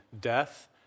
death